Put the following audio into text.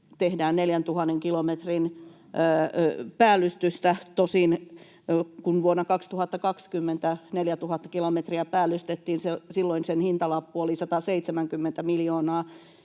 tehdään 4 000 kilometriä päällystystä... Tosin kun vuonna 2020 päällystettiin 4 000 kilometriä, silloin sen hintalappu oli 170 miljoonaa